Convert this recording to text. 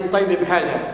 כָאלי טייבה בחלהָה,